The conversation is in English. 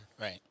Right